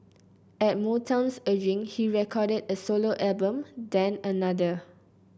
at Motown's urging he recorded a solo album then another